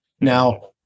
Now